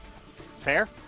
Fair